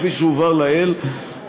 כפי שהובהר לעיל,